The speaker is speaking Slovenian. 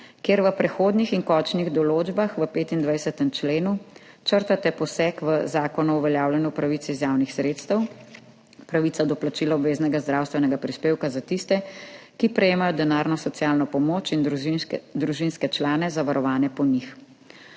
kjer v prehodnih in končnih določbah v 25. členu črtate poseg v Zakon o uveljavljanju pravic iz javnih sredstev, pravica do plačila obveznega zdravstvenega prispevka za tiste, ki prejemajo denarno socialno pomoč in družinske člane, zavarovane po njih.